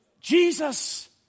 Jesus